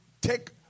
take